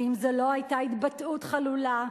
ואם זו לא היתה התבטאות חלולה,